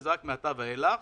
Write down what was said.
שזה רק מעתה ואילך.